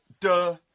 duh